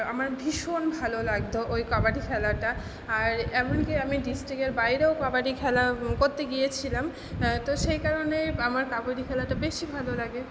আমার ভীষণ ভালো লাগতো ওই কাবাডি খেলাটা আর এমন কি আমি ডিসট্রিকের বাইরেও কাবাডি খেলা করতে গিয়েছিলাম তো সেই কারণেই আমার কাবাডি খেলাটা বেশি ভালো লাগে